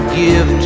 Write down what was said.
give